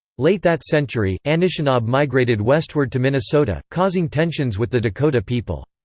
late that century, anishinaabe migrated westward to minnesota, causing tensions with the dakota people.